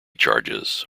charges